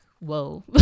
whoa